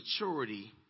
maturity